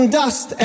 dust